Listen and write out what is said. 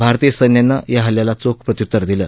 भारतीय सैन्याने या हल्ल्याला चोख प्रत्य्तर दिलं